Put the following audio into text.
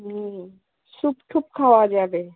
হুম soup টুপ খাওয়া যাবে